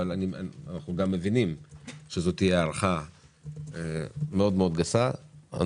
כשאנחנו מבינים שזאת תהיה הערכה מאוד מאוד גסה.